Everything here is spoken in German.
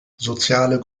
soziale